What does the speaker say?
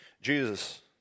Jesus